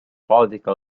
political